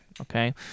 okay